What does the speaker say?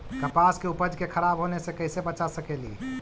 कपास के उपज के खराब होने से कैसे बचा सकेली?